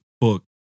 book